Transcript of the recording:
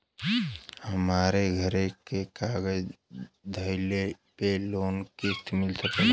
हमरे घरे के कागज दहिले पे लोन मिल सकेला?